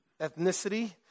Ethnicity